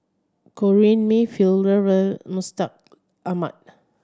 Corrinne May Mustaq Ahmad